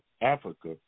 Africa